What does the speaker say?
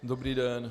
Dobrý den.